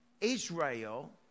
Israel